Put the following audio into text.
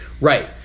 Right